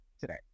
today